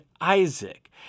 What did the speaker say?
Isaac